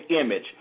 image